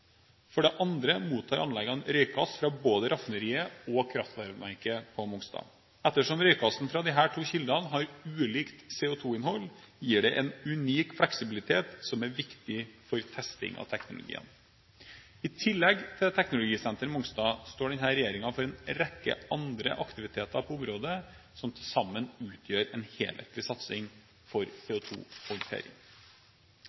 For det andre mottar anleggene røykgass fra både raffineriet og kraftvarmeverket på Mongstad. Ettersom røykgassene fra disse to kildene har ulikt CO2-innhold, gir det unik fleksibilitet som er viktig for testing av teknologiene. I tillegg til et teknologisenter på Mongstad står denne regjeringen for en rekke andre aktiviteter på området som til sammen utgjør en helhetlig satsing på CO2-håndtering. Vi i regjeringen jobber gjennom en rekke fora for